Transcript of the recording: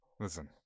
Listen